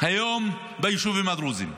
היום ביישובים הדרוזיים,